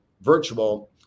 virtual